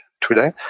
today